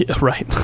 Right